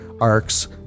arcs